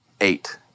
eight